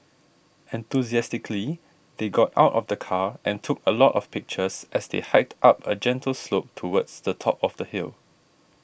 enthusiastically they got out of the car and took a lot of pictures as they hiked up a gentle slope towards the top of the hill